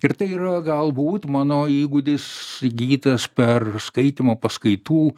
ir tai yra galbūt mano įgūdis įgytas per skaitymo paskaitų